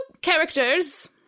characters